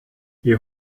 wie